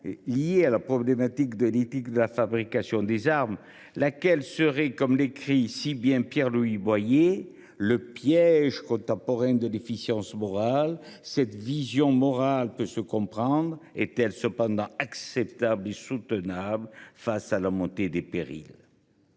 liés à la question de l’éthique de la fabrication des armes, laquelle serait, comme l’écrit si bien Pierre Louis Boyer, « le piège contemporain de l’efficience morale ». Cette vision morale peut se comprendre. Est elle cependant acceptable et soutenable face à la montée des périls ?